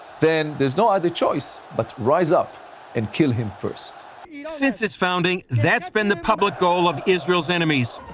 then there is no other choice but to rise up and kill him first. chris since its founding, that's been the public goal of israel's enemies,